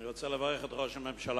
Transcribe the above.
אני רוצה לברך את ראש הממשלה